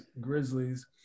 Grizzlies